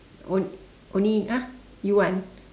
on~ only !huh! you want